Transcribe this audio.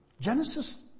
Genesis